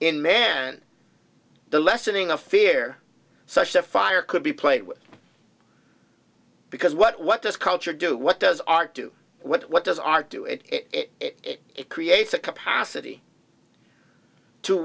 in man the lessening of fear such a fire could be played with because what what this culture do what does art do what does art do it it creates a capacity to